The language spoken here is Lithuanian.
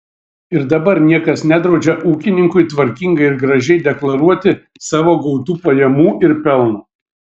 ir dabar niekas nedraudžia ūkininkui tvarkingai ir gražiai deklaruoti savo gautų pajamų ir pelno